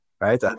right